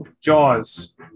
Jaws